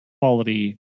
quality